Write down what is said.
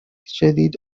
جدید